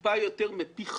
קצת יותר מפי חמש.